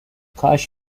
کاش